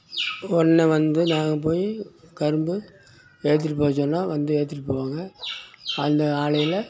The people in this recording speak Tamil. ஒன்னாக வந்து நாங்கள் போய் கரும்பு ஏற்றிட்டு போக சொன்னா வந்து ஏற்றிட்டு போவாங்க அந்த ஆலையில்